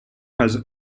has